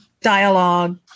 dialogue